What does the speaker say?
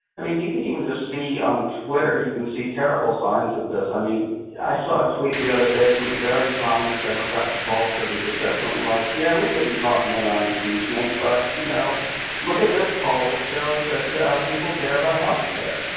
i mean, you can even just see on twitter, you can see terrible signs of this. i saw a tweet the other day from a very prominent democratic pollster who just said something like, yeah, we could be talking about impeachment, but you know look at this poll. it shows that people care about healthcare.